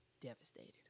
devastated